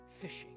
fishing